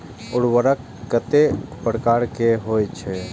उर्वरक कतेक प्रकार के होई छै?